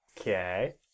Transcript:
Okay